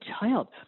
child